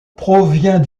provient